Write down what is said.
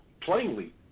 Plainly